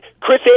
Chris